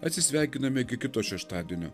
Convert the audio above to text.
atsisveikiname iki kito šeštadienio